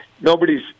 Nobody's –